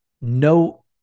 no